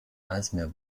eismeer